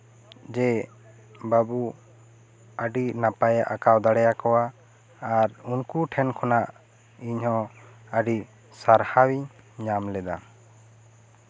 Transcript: ᱡᱮ ᱵᱟᱵᱩ ᱟᱹᱰᱤ ᱱᱟᱯᱟᱭᱮ ᱟᱸᱠᱟᱣ ᱫᱟᱲᱮᱭᱟᱠᱚᱣᱟ ᱟᱨ ᱩᱱᱠᱩ ᱴᱷᱮᱱ ᱠᱷᱚᱱᱟᱜ ᱤᱧ ᱦᱚᱸ ᱟᱹᱰᱤ ᱥᱟᱨᱦᱟᱣᱤᱧ ᱧᱟᱢ ᱞᱮᱫᱟ